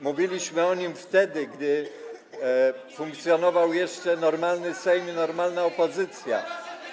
Mówiliśmy o nim wtedy, gdy funkcjonował jeszcze normalny Sejm i normalna opozycja.